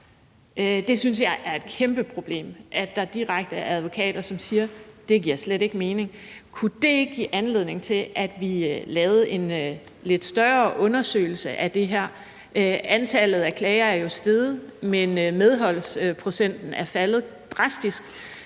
Det synes jeg er et kæmpeproblem, altså at der direkte er advokater, som siger, at det slet ikke giver mening. Kunne det ikke give anledning til, at vi lavede en lidt større undersøgelse af det her? Antallet af klager er jo steget, men medholdsprocenten er faldet drastisk,